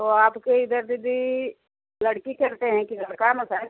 तो आपके इधर दीदी लड़की करते हैं या लड़का करते हैं